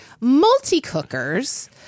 multi-cookers